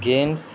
games